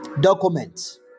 documents